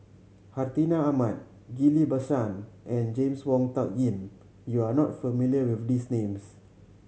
Hartinah Ahmad Ghillie Basan and James Wong Tuck Yim you are not familiar with these names